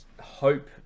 hope